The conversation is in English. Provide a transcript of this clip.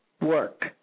work